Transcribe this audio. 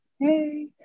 Hey